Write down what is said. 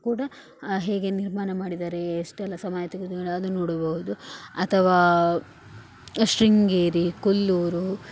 ಕೂಡ ಹೇಗೆ ನಿರ್ಮಾಣ ಮಾಡಿದ್ದಾರೆ ಎಷ್ಟೆಲ್ಲ ಸಮಯ ತೆಗೆದುಕೊಂಡು ಅದು ನೋಡಬೌದು ಅಥವಾ ಶೃಂಗೇರಿ ಕೊಲ್ಲೂರು